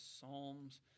Psalms